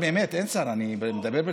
ביום חמישי, דרך אגב,